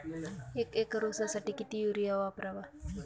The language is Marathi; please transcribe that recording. एक एकर ऊसासाठी किती युरिया वापरावा?